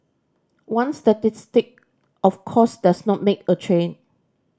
one statistic of course does not make a trend